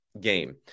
game